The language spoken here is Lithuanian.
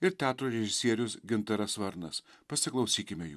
ir teatro režisierius gintaras varnas pasiklausykime jų